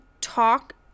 talk